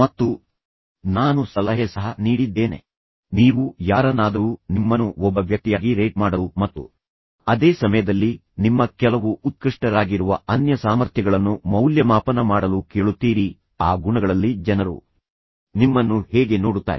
ಮತ್ತು ನಾನು ಸಲಹೆ ಸಹ ನೀಡಿದ್ದೇನೆ ನೀವು ಯಾರನ್ನಾದರೂ ನಿಮ್ಮನ್ನು ರೇಟ್ ಮಾಡಲು ಕೇಳುತ್ತೀರಿ ನಿಮ್ಮನ್ನು ಒಬ್ಬ ವ್ಯಕ್ತಿಯಾಗಿ ರೇಟ್ ಮಾಡಲು ಮತ್ತು ಅದೇ ಸಮಯದಲ್ಲಿ ನಿಮ್ಮ ಕೆಲವು ಉತ್ಕೃಷ್ಟರಾಗಿರುವ ಅನನ್ಯ ಸಾಮರ್ಥ್ಯಗಳನ್ನು ಮೌಲ್ಯಮಾಪನ ರೇಟ್ ಮಾಡಲು ಕೇಳುತ್ತೀರಿ ಆ ಗುಣಗಳಲ್ಲಿ ಜನರು ನಿಮ್ಮನ್ನು ಹೇಗೆ ನೋಡುತ್ತಾರೆ